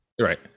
right